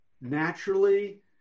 naturally